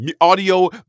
audio